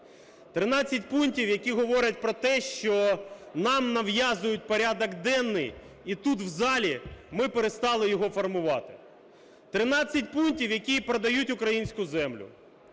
13 пунктів, які говорять про те, що нам нав'язують порядок денний, і тут, в залі, ми перестали його формувати. 13 пунктів, які продають українську землю.